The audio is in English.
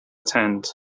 tent